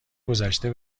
گذشته